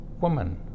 woman